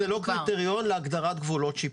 קרקע פרטית זה לא קריטריון להגדרת גבולות שיפוט.